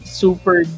super